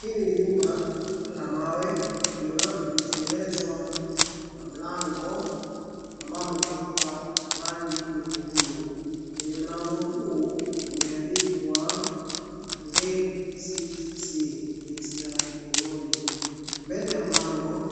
Hili ni jumba la mawe, kumetengenezwa na mlango ambao umepakwa rangi nyekundu. Kwenye mlango huu umeandikwa Grade six C Mr Emoli. Mbele ya mlango